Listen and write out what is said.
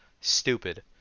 stupid